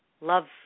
love